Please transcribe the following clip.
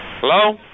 Hello